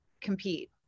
compete